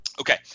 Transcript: Okay